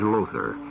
Lothar